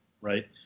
right